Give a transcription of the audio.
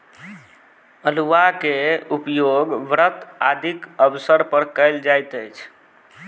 अउलुआ के उपयोग व्रत आदिक अवसर पर कयल जाइत अछि